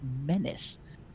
menace